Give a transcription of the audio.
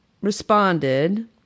responded